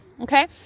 okay